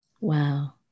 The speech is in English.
Wow